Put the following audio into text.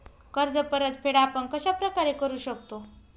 कर्ज परतफेड आपण कश्या प्रकारे करु शकतो?